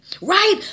right